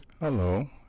Hello